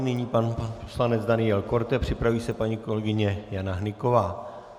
Nyní pan poslanec Daniel Korte, připraví se paní kolegyně Jana Hnyková.